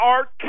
Art